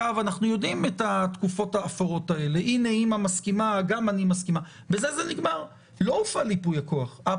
ה שבאמת האדם לא מסוגל לתת הסכמה מדעת ומשהו במעבר הזה יהיה שקל מאוד